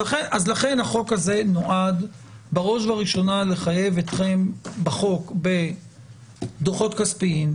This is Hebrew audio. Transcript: לכן החוק הזה נועד בראש ובראשונה לחייב אתכם בחוק בדוחות כספיים,